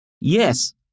Yes